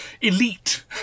Elite